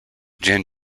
jan